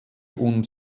und